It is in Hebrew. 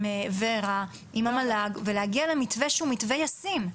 עם ורה, עם המל"ג, ולהגיע למתווה שהוא מתווה ישים.